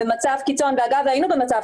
כבר היינו במצב